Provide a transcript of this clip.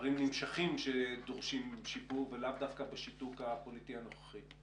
דברים נמשכים שדורשים שיפור ולאו דווקא בשיתוק הפוליטי הנוכחי.